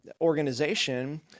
organization